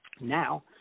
Now